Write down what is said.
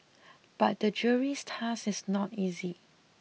but the jury's task is not easy